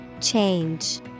Change